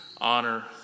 honor